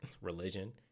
religion